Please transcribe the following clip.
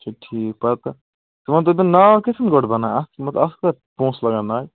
اَچھا ٹھیٖک پتہٕ ژٕ ونتو تہٕ مطلب پونٛسہٕ لاگان نایہِ